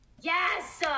Yes